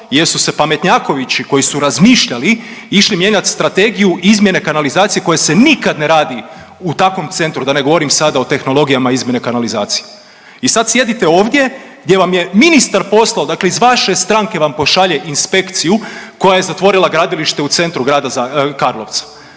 Jer su se pametnjakovići koji su razmišljali išli mijenjati strategiju izmjene kanalizacije koja se nikad ne radi u takvom centru, da ne govorim sada o tehnologijama izmjene kanalizacije i sad sjedite ovdje gdje vam je ministar poslao, dakle iz vaše stranke vam pošalje inspekciju koja je zatvorila gradilište u centru grada Karlovca.